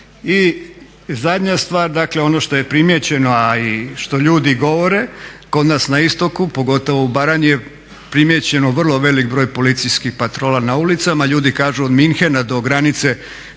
I zadnja stvar, dakle ono što je primijećeno, a i što ljudi govore kod nas na istoku, pogotovo u Baranji je primijećeno vrlo velik broj policijskih patrola na ulicama, ljudi kažu od Munchena do granice ne